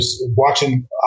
watching